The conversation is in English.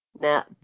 Now